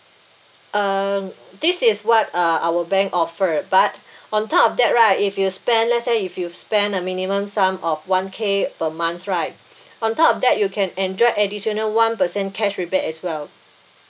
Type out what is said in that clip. uh this is what uh our bank offered but on top of that right if you spend let's say if you spend a minimum sum of one K per months right on top of that you can enjoy additional one per cent cash rebate as well